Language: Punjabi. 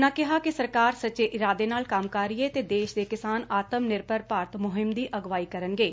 ਉਨ੍ਹਾਂ ਕਿਹਾ ਕਿ ਸਰਕਾਰ ਸੱਚੇ ਇਰਾਦੇ ਨਾਲ ਕੰਮ ਕਰ ਰਹੀ ਏ ਅਤੇ ਦੇਸ਼ ਦੇ ਕਿਸਾਨ ਆਤਮ ਨਿਰਭਰ ਭਾਰਤ ਮਹਿੰਮ ਦੀ ਅਗਵਾਈ ਕਰਨਗੇ